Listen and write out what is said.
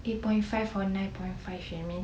eight point five or nine point five